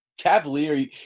cavalier